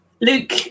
Luke